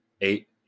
Eight